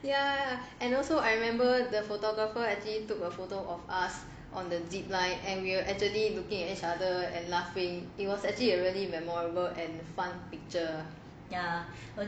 ya and also I remember the photographer actually took a photo of us on the zip line and we are actually looking at each other and laughing it was actually you are really memorable and fun picture